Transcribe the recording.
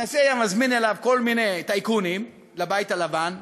הנשיא היה מזמין אליו כל מיני טייקונים לבית הלבן,